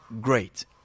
Great